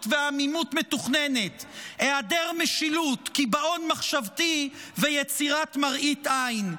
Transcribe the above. ועמימות מתוכננת"; "היעדר משילות"; "קיבעון מחשבתי ויצירת מראית עין".